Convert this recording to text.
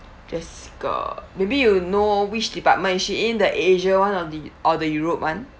jessica maybe you know which department is she in the asia [one] or the or the europe [one]